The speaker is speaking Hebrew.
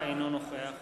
אינו נוכח